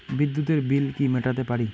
বিদ্যুতের বিল কি মেটাতে পারি?